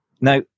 Now